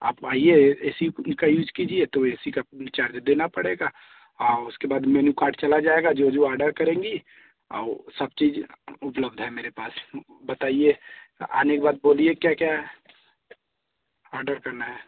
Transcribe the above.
आप आइए A C का यूज़ कीजिए तो ए सी का चार्ज देना पड़ेगा और उसके बाद मेनु कार्ड चला जाएगा जो जो ऑर्डर करेंगी और सब चीज़ उपलब्ध है मेरे पास बताइए आने के बाद बोलिए क्या क्या ऑर्डर करना है